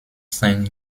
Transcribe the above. sein